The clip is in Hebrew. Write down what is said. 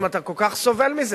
אם אתה כל כך סובל מזה,